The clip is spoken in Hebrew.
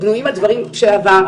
בנויים על הדברים של העבר.